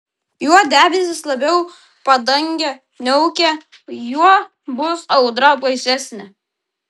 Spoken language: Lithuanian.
juo debesys labiau padangę niaukia juo bus audra baisesnė